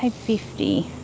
ah fifty.